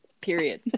Period